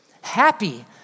Happy